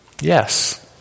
Yes